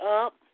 up